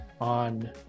on